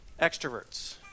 Extroverts